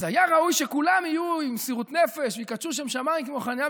אז היה ראוי שכולם יהיו עם מסירות נפש ויקדשו שם שמיים כמו חנניה,